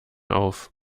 auf